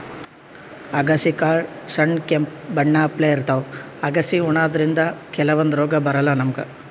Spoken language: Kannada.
ಅಗಸಿ ಕಾಳ್ ಸಣ್ಣ್ ಕೆಂಪ್ ಬಣ್ಣಪ್ಲೆ ಇರ್ತವ್ ಅಗಸಿ ಉಣಾದ್ರಿನ್ದ ಕೆಲವಂದ್ ರೋಗ್ ಬರಲ್ಲಾ ನಮ್ಗ್